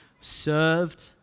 served